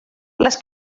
les